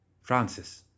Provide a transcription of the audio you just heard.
Francis